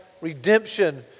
redemption